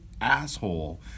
asshole